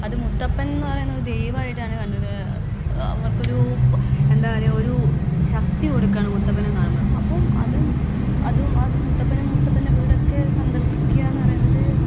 അത് മുത്തപ്പൻ എന്ന് പറയുന്നത് ദൈവമായിട്ടാണ് കണ്ണൂര് അവർക്കൊരു എന്താ പറയുക ഒരു ശക്തി കൊടുക്കുകയാണ് മുത്തപ്പനെ കാണുമ്പം അപ്പോഴും അതും അതും അതും മുത്തപ്പനും മുത്തപ്പൻ്റെ വീടൊക്കെ സന്ദർശിക്കുകയെന്ന് പറയുന്നത്